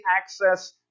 access